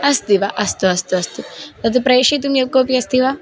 अस्ति वा अस्तु अस्तु अस्तु तत् प्रेषितुं यः कोऽपि अस्ति वा